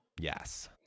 yes